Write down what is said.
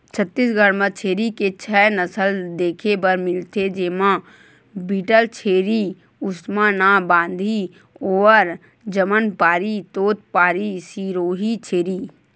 छत्तीसगढ़ म छेरी के छै नसल देखे बर मिलथे, जेमा बीटलछेरी, उस्मानाबादी, बोअर, जमनापारी, तोतपारी, सिरोही छेरी